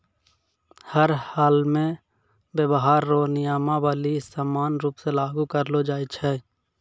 हर हालमे व्यापार रो नियमावली समान रूप से लागू करलो जाय छै